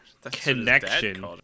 Connection